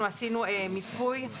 אנחנו עשינו מיפוי.